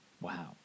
Wow